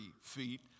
feet